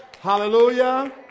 Hallelujah